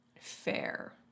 Fair